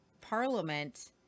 Parliament